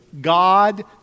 God